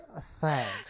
thanks